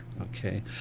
Okay